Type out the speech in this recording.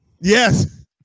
Yes